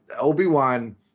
Obi-Wan